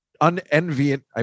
unenviable